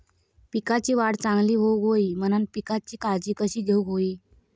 पिकाची वाढ चांगली होऊक होई म्हणान पिकाची काळजी कशी घेऊक होई?